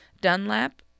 Dunlap